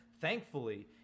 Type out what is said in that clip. Thankfully